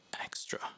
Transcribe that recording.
extra